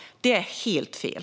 Det är helt fel.